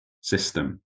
system